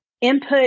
Input